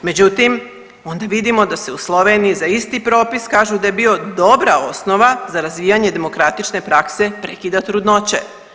Međutim, onda vidimo da se u Sloveniji za isti propis kažu da je bio dobra osnova za razvijanje demokratične prakse prekida trudnoće.